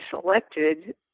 selected